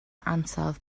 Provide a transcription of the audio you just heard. ansawdd